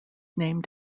named